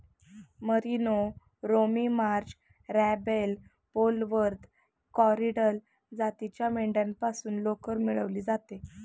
merino, Romney Marsh, Rambouillet, Polwarth, Corriedale जातीच्या मेंढ्यांपासून लोकर मिळवली जाते